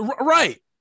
Right